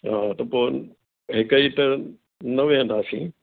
हा त पोइ हिक ई त न वेहंदासीं